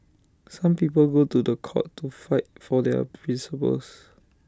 some people go to The Court to fight for their principles